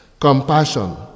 Compassion